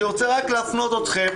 אני רוצה רק להפנות אתכן,